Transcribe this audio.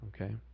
Okay